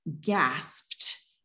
gasped